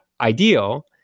ideal